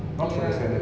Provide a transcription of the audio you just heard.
ya